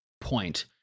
point